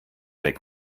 weg